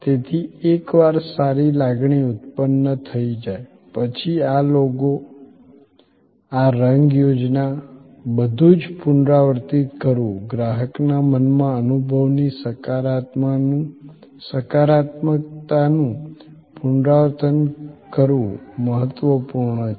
તેથી એકવાર સારી લાગણી ઉત્પન્ન થઈ જાય પછી આ લોગો આ રંગ યોજના બધું જ પુનરાવર્તિત કરવું ગ્રાહકના મનમાં અનુભવની સકારાત્મકતાનું પુનરાવર્તન કરવું મહત્વપૂર્ણ છે